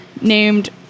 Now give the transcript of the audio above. named